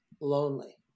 lonely